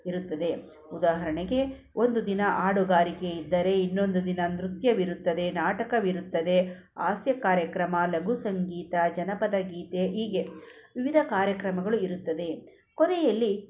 ಇರುತ್ತದೆ ಉದಾಹರಣೆಗೆ ಒಂದು ದಿನ ಹಾಡುಗಾರಿಕೆ ಇದ್ದರೆ ಇನ್ನೊಂದು ದಿನ ನೃತ್ಯವಿರುತ್ತದೆ ನಾಟಕವಿರುತ್ತದೆ ಹಾಸ್ಯ ಕಾರ್ಯಕ್ರಮ ಲಘು ಸಂಗೀತ ಜನಪದ ಗೀತೆ ಹೀಗೆ ವಿವಿಧ ಕಾರ್ಯಕ್ರಮಗಳು ಇರುತ್ತದೆ ಕೊನೆಯಲ್ಲಿ